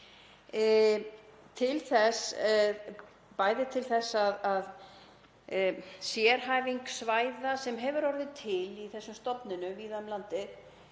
bæði til þess að sérhæfing svæða sem hefur orðið til í þessum stofnunum víða um landið